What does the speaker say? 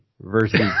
versus